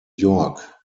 york